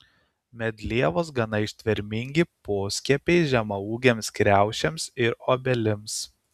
medlievos gana ištvermingi poskiepiai žemaūgėms kriaušėms ir obelims